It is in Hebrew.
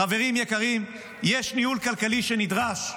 חברים יקרים, יש ניהול כלכלי שנדרש.